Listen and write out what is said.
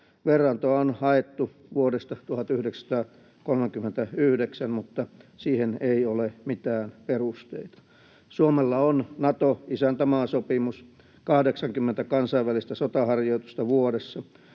Verrantoa on haettu vuodesta 1939, mutta siihen ei ole mitään perusteita. Suomella on Nato-isäntämaasopimus, 80 kansainvälistä sotaharjoitusta vuodessa,